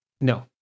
no